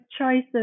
choices